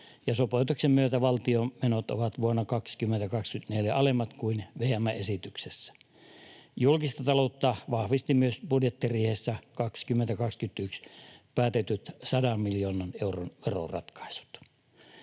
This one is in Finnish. sopeutuksen myötä valtion menot ovat vuonna 2024 alemmat kuin VM:n esityksessä. Julkista taloutta vahvistivat myös budjettiriihessä 2021 päätetyt 100 miljoonan euron veroratkaisut.